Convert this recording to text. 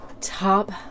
top